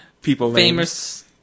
famous